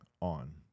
on